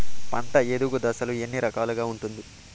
పంట ఎదుగు దశలు ఎన్ని రకాలుగా ఉంటుంది?